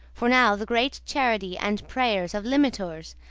for now the great charity and prayeres of limitours,